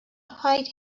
height